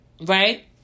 Right